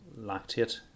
lactate